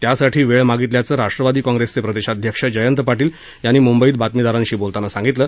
त्यासाठी वेळ मागितल्याचं राष्ट्रवादी काँग्रेसचे प्रदेशाध्यक्ष जयंत पापील यांनी मुंबईत बातमीदारांशी बोलताना सांगितलं